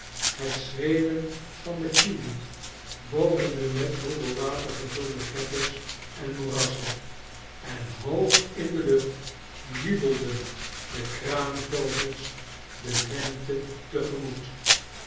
het schreeuwen van den kievit boven de met troebel water gevulde greppels en moerassen en hoog in de lucht jubelden de kraanvogels de lente